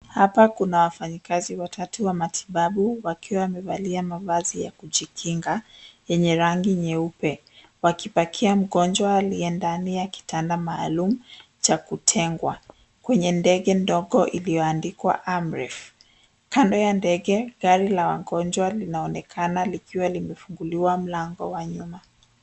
Hapa kuna wafanyikazi watatu wa matibabu wakiwa wamevalia mavazi ya kujikinga yenye rangi nyeupe, wakipakia mgonjwa aliye ndani ya kitanda maalum cha kutengwa kwenye ndege ndogo iliyoandikwa AMREF. Kando ya ndege gari la wagonjwa linaonekana likiwa limefunguliwa mlango wa nyuma.